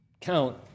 count